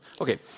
Okay